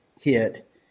hit